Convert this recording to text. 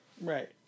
Right